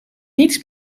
niets